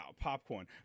popcorn